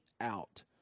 out